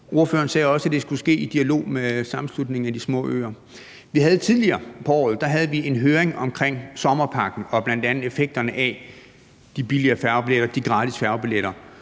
Ordføreren sagde også, at det skulle ske i dialog med Sammenslutningen af Danske Småøer. Vi havde tidligere på året en høring omkring sommerpakken og bl.a. effekterne af de billigere færgebilletter og de gratis færgebilletter,